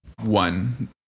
one